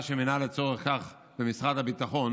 שמינה לצורך זה במשרד הביטחון